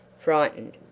frightened?